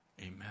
Amen